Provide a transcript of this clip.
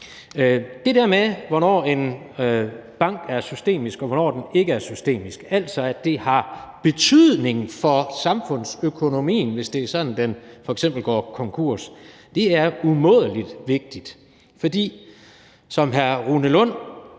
Det der med, hvornår en bank er systemisk, og hvornår den ikke er systemisk, altså at det har betydning for samfundsøkonomien, hvis det er sådan, at den f.eks. går konkurs, er umådelig vigtigt. Jeg deler ikke